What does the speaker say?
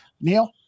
Neil